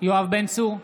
יואב בן צור,